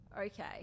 okay